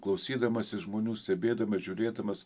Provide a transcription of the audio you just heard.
klausydamasis žmonių stebėdamas žiūrėdamas